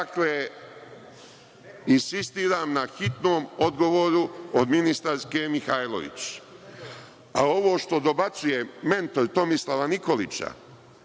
insistiram na hitnom odgovoru od ministarke Mihajlović. Ovo što dobacuje mentor Tomislava Nikolića,